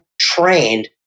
trained